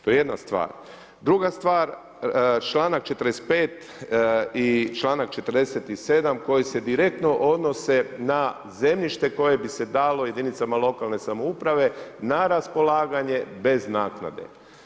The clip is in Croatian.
To je jedna stvar, druga stvar, čl. 45. i čl.47. koji se direktno odnose na zemljište koje bi se dalo jedinicama lokalne samouprave na raspolaganje bez naknade.